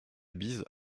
bise